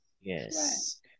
Yes